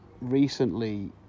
recently